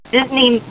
Disney